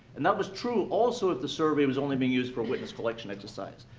and that was true also if the survey was only being used for a witness-collection exercise.